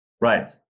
Right